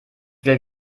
will